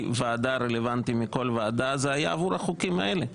ועדה רלוונטיים מכל ועדה זה היה עבור החוקים האלה,